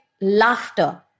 laughter